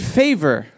favor